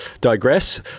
digress